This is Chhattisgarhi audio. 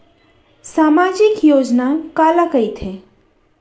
सामाजिक योजना काला कहिथे?